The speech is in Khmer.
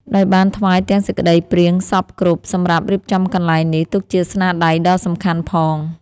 ដោយបានថ្វាយទាំងសេចក្តីព្រាងសព្វគ្រប់សម្រាប់រៀបចំកន្លែងនេះ ទុកជាស្នាដៃដ៏សំខាន់ផង ។